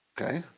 Okay